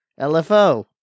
LFO